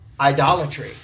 Idolatry